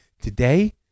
Today